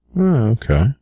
Okay